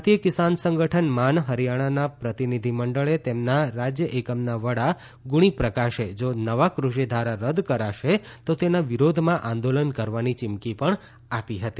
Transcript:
ભારત કિસાન સંગઠન માન હરિથાણાના પ્રતિનિધિમંડળે તેમના રાજ્ય એકમના વડા ગુણીપ્રકાશે જો નવા કૃષિ ધારા રદ કરાશે તો તેના વિરોધમાં આંદોલન કરવાની ચિમકી પણ આપી હતી